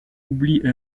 oublie